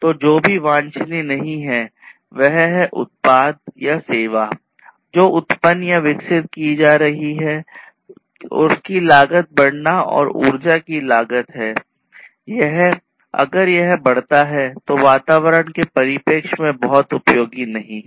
तो जो भी वांछनीय नहीं है वह है उत्पाद या सेवा जो उत्पन्न या विकसित की जा रही है की लागत बढ़ना और ऊर्जा की लागत है अगर यह बढ़ता है तो यह वातावरण के परिपेक्ष में बहुत उपयोगी नहीं है